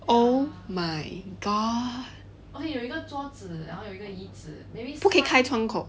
oh my god 不可以开窗口